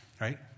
right